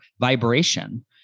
vibration